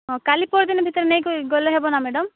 ହଁ କାଲି ପଅରିଦିନ ଭିତରେ ନେଇକରି ଗଲେ ହେବ ନା ମ୍ୟାଡ଼ାମ୍